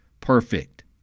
perfect